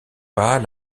pas